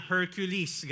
Hercules